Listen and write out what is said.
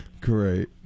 Great